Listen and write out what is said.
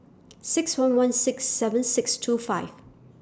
six one one six seven six two five